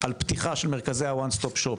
על פתיחה של מרכזי ה-ONE STOP SHOP,